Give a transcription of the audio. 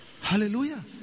Hallelujah